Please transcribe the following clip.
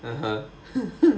(uh huh)